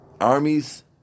armies